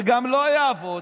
זה גם לא יעבוד.